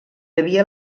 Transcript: havia